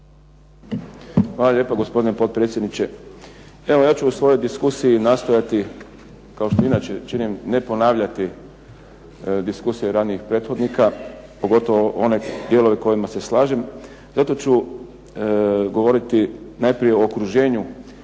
Hvala lijepa gospodine potpredsjedniče. Evo ja ću u svojoj diskusiji nastojati kao što inače činim ne ponavljati diskusije ranijih prethodnika pogotovo one dijelove u kojima se slažem. Zato ću govoriti najprije o okruženju